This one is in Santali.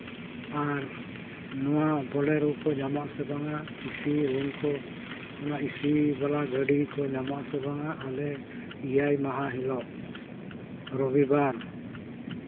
ᱟᱨ ᱱᱚᱣᱟ ᱵᱳᱞᱮᱨᱳ ᱠᱚ ᱧᱟᱢᱚᱜ ᱟᱥᱮ ᱵᱟᱝᱟ ᱮᱥᱤ ᱨᱩᱢᱠᱚ ᱚᱱᱟ ᱮᱥᱤ ᱵᱟᱞᱟ ᱜᱟᱹᱰᱤ ᱠᱚ ᱧᱟᱢᱚᱜ ᱟᱥᱮ ᱵᱟᱝᱟ ᱟᱞᱮ ᱮᱭᱟᱭ ᱢᱟᱦᱟ ᱦᱤᱞᱳᱜ ᱨᱳᱵᱤᱵᱟᱨ